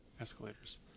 escalators